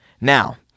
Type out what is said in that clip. Now